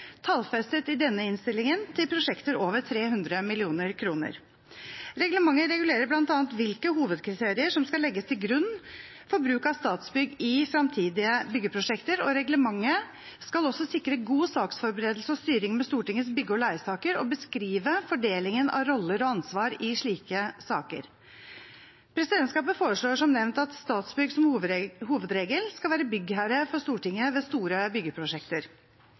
tallfestet i denne innstillingen til prosjekter over 300 mill. kr. Reglementet regulerer bl.a. hvilke hovedkriterier som skal legges til grunn for bruk av Statsbygg i fremtidige byggeprosjekter. Reglementet skal også sikre god saksforberedelse og styring med Stortingets bygge- og leiesaker og beskrive fordelingen av roller og ansvar i slike saker. Presidentskapet foreslår som nevnt at Statsbygg som hovedregel skal være byggherre for Stortinget ved store byggeprosjekter.